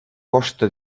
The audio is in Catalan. costa